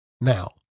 now